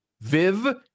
Viv